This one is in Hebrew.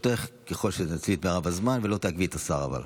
חברי הכנסת, נעבור לסעיף הבא על